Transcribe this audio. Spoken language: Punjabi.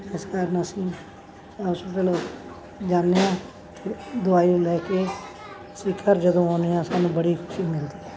ਇਸ ਕਾਰਨ ਅਸੀਂ ਹੌਸਪਿਟਲ ਜਾਂਦੇ ਹਾਂ ਅਤੇ ਦਵਾਈ ਨੂੰ ਲੈ ਕੇ ਅਸੀਂ ਘਰ ਜਦੋਂ ਆਉਂਦੇ ਹਾਂ ਸਾਨੂੰ ਬੜੀ ਖੁਸ਼ੀ ਮਿਲਦੀ ਹੈ